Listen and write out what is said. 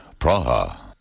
Praha